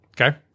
Okay